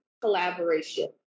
collaboration